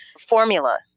formula